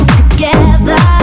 together